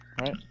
Right